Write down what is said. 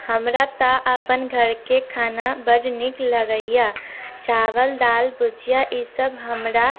हमरा तऽ अपन घरके खाना बड्ड नीक लगैए चावल दालि भुजिया ईसभ हमरा